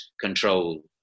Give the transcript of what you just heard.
control